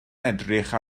edrych